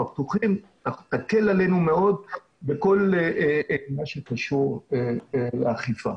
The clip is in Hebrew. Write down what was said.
הפתוחים, היא תקל עלינו מאוד בכל מה שקשור לאכיפה.